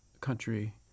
country